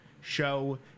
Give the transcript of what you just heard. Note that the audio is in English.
show